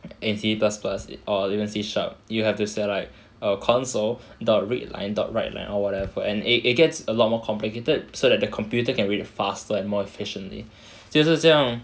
in C plus plus or even C sharp you have to say like err council dot red lion dot right lion or whatever for an it it gets a lot more complicated so that the computer can read faster and more efficiently 就是这样